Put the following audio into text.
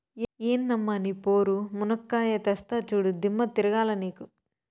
ఎందమ్మ నీ పోరు, మునక్కాయా తెస్తా చూడు, దిమ్మ తిరగాల నీకు